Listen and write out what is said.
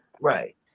Right